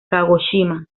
kagoshima